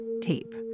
tape